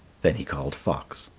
then he called fox.